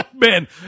man